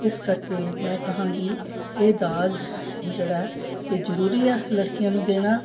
ਇਸ ਕਰਕੇ ਮੈਂ ਕਹਾਂਗੀ ਇਹ ਦਾਜ ਜਿਹੜਾ ਇਹ ਜ਼ਰੂਰੀ ਆ ਲੜਕੀਆਂ ਨੂੰ ਦੇਣਾ